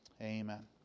Amen